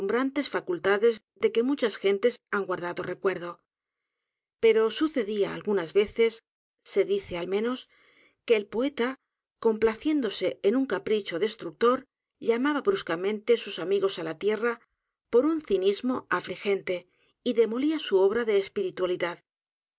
facultades de que muchas gentes han guardado el recuerdo pero sucedía algunas veces se dice al menos que el poeta complaciéndose en un capricho destructor llamaba bruscamente sus amigos á la tierra por un ci poe conocía el griego